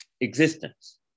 existence